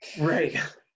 Right